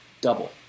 double